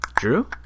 Drew